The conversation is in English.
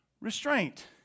restraint